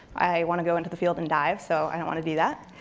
i wanna go into the field and dive, so i don't wanna do that.